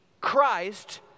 Christ